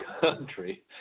country